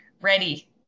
ready